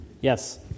Yes